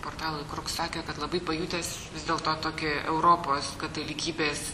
portalui kruks sakė kad labai pajutęs vis dėlto tokį europos katalikybės